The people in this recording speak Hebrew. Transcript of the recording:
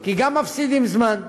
כי גם מפסידים זמן,